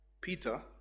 Peter